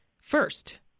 first